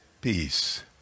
peace